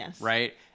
right